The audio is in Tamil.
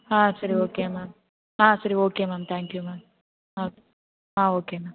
ஆ சரி ஓகே மேம் ஆ சரி okay ma'am thank you ma'am ஆ ஆ ஓகே மேம்